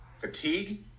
Fatigue